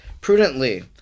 prudently